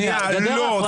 לא.